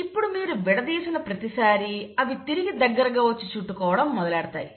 ఇప్పుడు మీరు విడదీసిన ప్రతిసారి అవి తిరిగి దగ్గరగా వచ్చి చుట్టుకోవడం మొదలెడతాయి